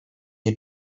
nie